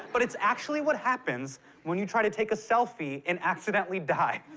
but it's actually what happens when you try to take a selfie and accidentally die.